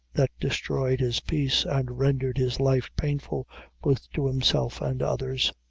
that destroyed his peace, and rendered his life painful both to himself and others.